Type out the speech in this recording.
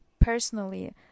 personally